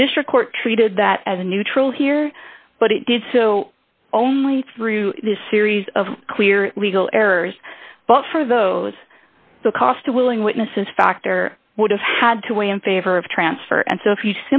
the district court treated that as a neutral here but it did so only through this series of clear legal errors but for those the cost of willing witnesses factor would have had to weigh in favor of transfer and so if